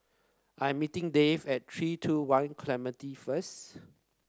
I'm meeting Dave at Three two One Clementi first